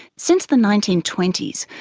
since the nineteen twenty s,